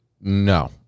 No